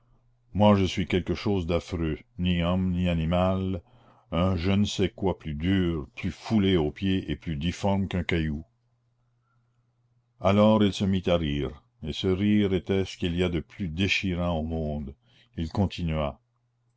moi je suis quelque chose d'affreux ni homme ni animal un je ne sais quoi plus dur plus foulé aux pieds et plus difforme qu'un caillou alors il se mit à rire et ce rire était ce qu'il y a de plus déchirant au monde il continua